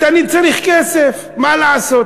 אני צריך כסף, מה לעשות?